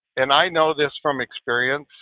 and i know this from experience,